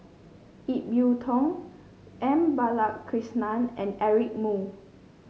Ip Yiu Tung M Balakrishnan and Eric Moo